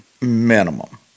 Minimum